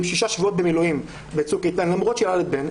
שישה שבועות במילואים בצוק איתן למרות שילדת בן,